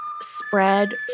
spread